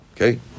Okay